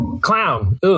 Clown